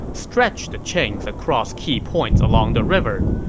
stretch the chains across key points along the river.